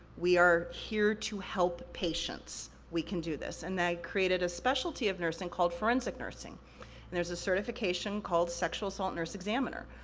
we are here to help patients. we can do this. and that created a specialty of nursing, called forensic nursing. and there's a certification called sexual assault nurse examiner,